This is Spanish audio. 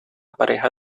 pareja